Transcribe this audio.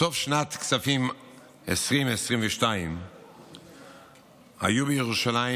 בסוף שנת הכספים 2022 היו בירושלים